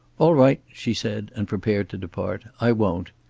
all right, she said, and prepared to depart. i won't.